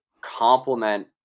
complement